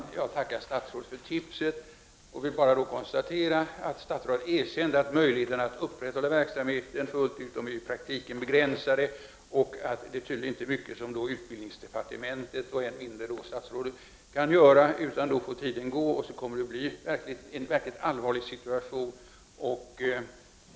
Herr talman! Jag tackar statsrådet för tipset och vill då bara konstatera att statsrådet erkänt att möjligheterna att upprätthålla undervisningen fullt ut i praktiken är begränsade. Det är tydligen inte mycket som utbildningsdepartementet och än mindre statsrådet kan göra. Tiden får alltså gå, och det kom 43 mer att uppstå en verkligt allvarlig situation.